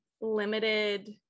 limited